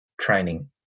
training